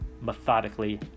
methodically